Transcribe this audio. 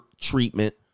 treatment